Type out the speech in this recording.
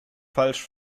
falsch